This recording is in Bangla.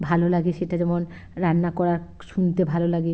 ভালো লাগে সেটা যেমন রান্না করা শুনতে ভালো লাগে